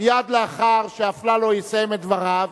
מייד לאחר שאפללו יסיים את דבריו,